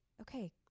okay